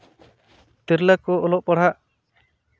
ᱛᱤᱨᱞᱟᱹ ᱠᱚ ᱚᱞᱚᱜ ᱯᱟᱲᱦᱟᱜ